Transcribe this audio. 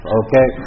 okay